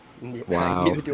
Wow